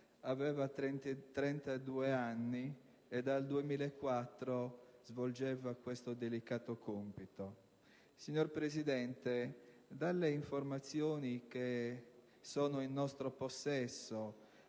aveva 32 anni, e dal 2004 svolgeva questo delicato compito. Signor Presidente, dalle informazioni in nostro possesso,